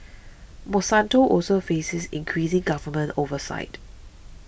Monsanto also faces increasing government oversight